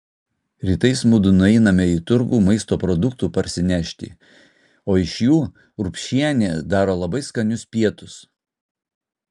rytais mudu nueiname į turgų maisto produktų parsinešti o iš jų urbšienė daro labai skanius pietus